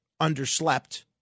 underslept